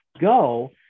go